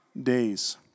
days